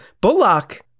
Bullock